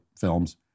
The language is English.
films